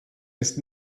ist